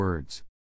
words